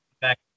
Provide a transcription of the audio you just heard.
back